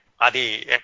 Adi